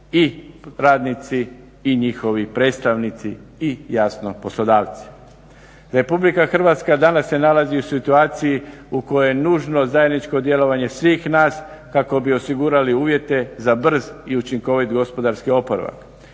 i radnici i njihovi predstavnici i jasno poslodavci. Republika Hrvatska danas se nalazi u situaciji u kojoj je nužno zajedničko djelovanje svih nas kako bi osigurali uvjete za brz i učinkovit gospodarski oporavak.